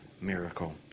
miracle